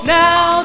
now